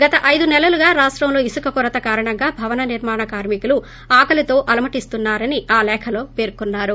గత ఐదు నెలలుగా రాష్టంలో ఇసుక కొరత కారణంగా భవన నిర్మాణ కార్మికులు ఆకలీతో అలమటిస్తున్నారని ఆ లేఖలో పేర్కొన్నారు